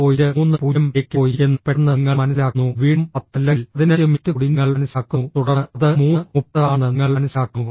30 ലേക്ക് പോയി എന്ന് പെട്ടെന്ന് നിങ്ങൾ മനസ്സിലാക്കുന്നു വീണ്ടും 10 അല്ലെങ്കിൽ 15 മിനിറ്റ് കൂടി നിങ്ങൾ മനസ്സിലാക്കുന്നു തുടർന്ന് അത് 330 ആണെന്ന് നിങ്ങൾ മനസ്സിലാക്കുന്നു